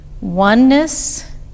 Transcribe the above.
Oneness